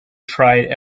tried